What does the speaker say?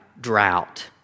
drought